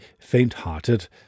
faint-hearted